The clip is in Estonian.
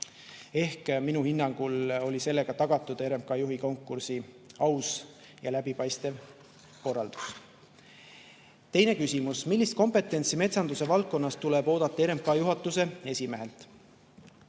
Ehk minu hinnangul oli sellega tagatud RMK juhi konkursi aus ja läbipaistev korraldus. Teine küsimus: "Millist kompetentsi metsanduse valdkonnas tuleb oodata RMK juhatuse esimehelt?"